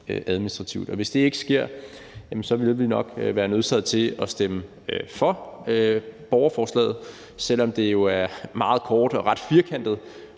administrativt. Hvis ikke det sker, vil vi nok være nødsaget til at stemme for borgerforslaget, selv om det jo er meget kort og ret firkantet